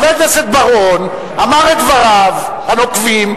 חבר הכנסת בר-און אמר את דבריו הנוקבים,